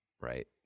Right